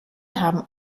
haben